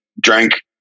drank